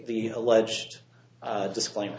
the alleged disclaimer